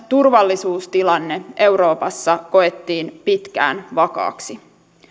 turvallisuustilanne euroopassa koettiin pitkään vakaaksi